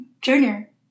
junior